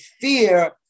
fear